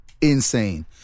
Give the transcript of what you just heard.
insane